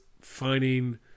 finding